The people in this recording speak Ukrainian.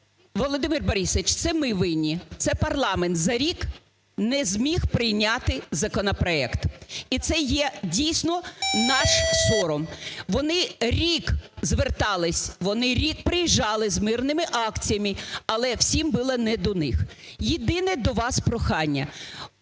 Володимир Борисович, це ми винні. Це парламент за рік не зміг прийняти законопроект. І це є, дійсно, наш сором. Вони рік звертались, вони рік приїжджали з мирними акціями, але всім було не до них. Єдине до вас прохання.